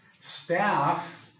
Staff